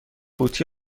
قوطی